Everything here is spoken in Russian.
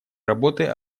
работы